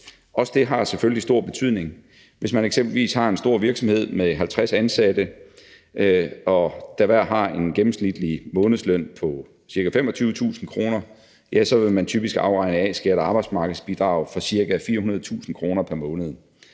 Også det har selvfølgelig stor betydning. Hvis man eksempelvis har en stor virksomhed med 50 ansatte, der hver har en gennemsnitlig månedsløn på ca. 25.000 kr., så vil man typisk afregne A-skat og arbejdsmarkedsbidrag for ca. 400.000 kr. pr. måned.